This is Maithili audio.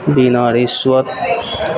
बिना रिस्वत